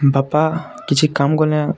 ବାପା କିଛି କାମ୍ କଲେ